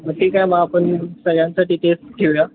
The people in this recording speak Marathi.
मग ठीक आहे मग आपण सगळ्यांचा डीटेल्स घेऊया